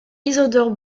isidore